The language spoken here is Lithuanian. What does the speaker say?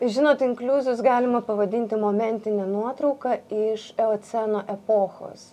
žinot inkliuzus galima pavadinti momentine nuotrauka iš eoceno epochos